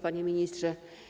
Panie Ministrze!